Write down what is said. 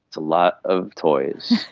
it's a lot of toys.